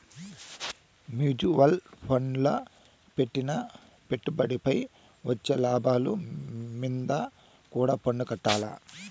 mutual ఫండ్ల పెట్టిన పెట్టుబడిపై వచ్చే లాభాలు మీంద కూడా పన్నుకట్టాల్ల